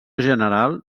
general